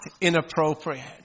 inappropriate